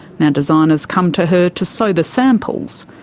now designers come to her to sew the samples,